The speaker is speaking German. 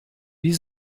wie